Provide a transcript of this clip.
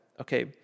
okay